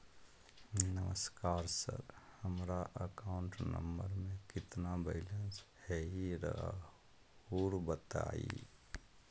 नमस्कार सर हमरा account number में कितना बैलेंस हेई राहुर बताई?